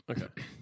Okay